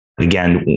again